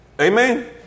amen